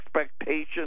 expectations